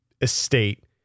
estate